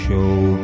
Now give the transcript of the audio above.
Show